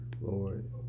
Lord